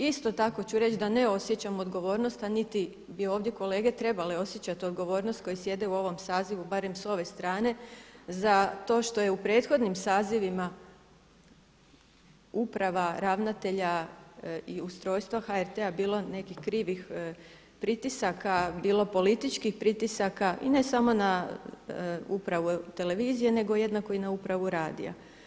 Isto tako ću reći da ne osjećam odgovornost, a niti bi ovdje kolege trebale osjećati odgovornost koji sjede u ovom sazivu, barem s ove strane za to što je u prethodnim sazivima uprava, ravnatelja i ustrojstva HRT-a bilo nekih krivih pritisaka bilo političkih pritisaka i ne samo na upravu Televizije, nego jednako i na upravu Radija.